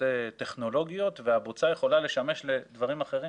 טכנולוגיות והבוצה יכולה לשמש לדברים אחרים.